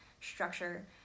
structure